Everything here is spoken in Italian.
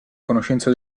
conoscenza